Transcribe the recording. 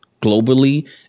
globally